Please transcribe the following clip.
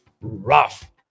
rough